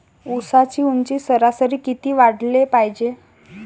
ऊसाची ऊंची सरासरी किती वाढाले पायजे?